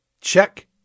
Check-